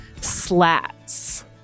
SLATs